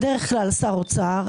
בדרך כלל שר אוצר,